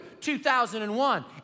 2001